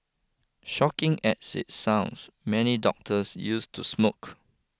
shocking as it sounds many doctors used to smoke